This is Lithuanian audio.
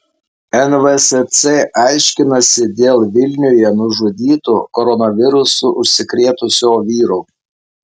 nvsc aiškinasi dėl vilniuje nužudyto koronavirusu užsikrėtusio vyro